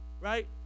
right